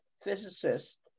physicist